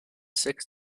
six